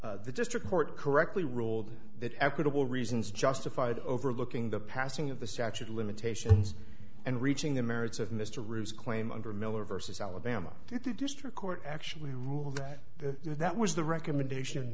may the district court correctly ruled that equitable reasons justified overlooking the passing of the statute of limitations and reaching the merits of mr roos claim under miller versus alabama the district court actually ruled that that was the recommendation